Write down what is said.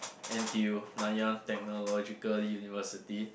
N_T_U Nanyang-Technological-University